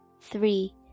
three